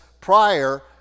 prior